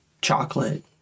Chocolate